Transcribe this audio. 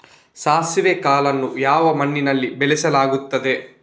ಸಾಸಿವೆ ಕಾಳನ್ನು ಯಾವ ಮಣ್ಣಿನಲ್ಲಿ ಬೆಳೆಸಲಾಗುತ್ತದೆ?